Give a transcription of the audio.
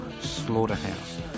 slaughterhouse